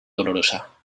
dolorosa